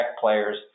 players